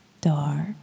dark